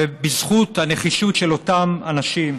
ובזכות הנחישות של אותם אנשים,